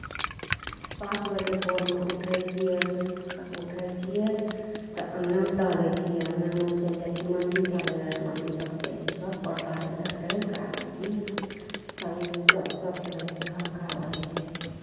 पाँच बजे भोरमे उठै छियै सुति कऽ उठै छियै तऽ अङ्गनामे टहलै छियै अङ्गनामे चलि जाइ छियै मन्दिर टहलै लए मन्दिरपर सँ चलि जाइ छियै छतपर टहलै लए टहलि कऽ आबै छियै ने शरीर स्वस्थ रहै छै हलका रहै छै